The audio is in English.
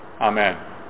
Amen